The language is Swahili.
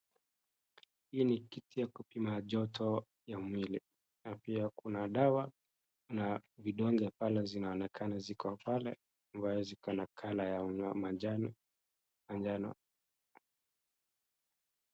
Hii ni kitu ya kupima joto ya mwili, na pia kuna dawa, kuna vidonge pale zinaonekana ziko pale zinaonekana ziko pale ambayo zikona colour ya manjano.